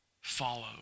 follow